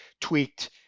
tweaked